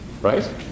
Right